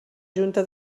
junta